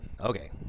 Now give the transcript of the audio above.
okay